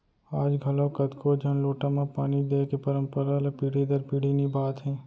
आज घलौक कतको झन लोटा म पानी दिये के परंपरा ल पीढ़ी दर पीढ़ी निभात हें